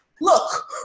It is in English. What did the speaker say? Look